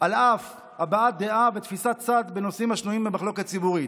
על אף הבעת דעה ותפיסת צד בנושאים השנויים במחלוקת ציבורית?